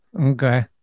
Okay